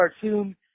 cartoon